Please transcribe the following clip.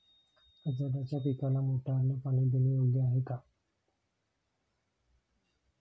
गाजराच्या पिकाला मोटारने पाणी देणे योग्य आहे का?